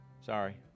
sorry